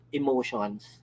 emotions